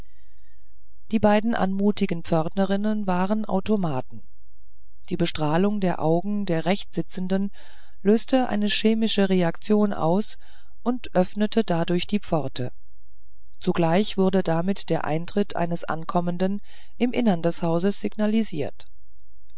die beiden anmutigen pförtnerinnen waren automaten die bestrahlung der augen der rechtssitzenden löste eine chemische reaktion aus und öffnete dadurch die pforte zugleich wurde damit der eintritt eines ankommenden im innern des hauses signalisiert